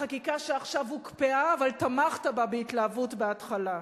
החקיקה שעכשיו הוקפאה אבל תמכת בה בהתלהבות בהתחלה.